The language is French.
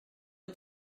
est